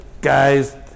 guys